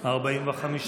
ההסתייגות,